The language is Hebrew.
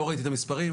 לא ראיתי את המספרים,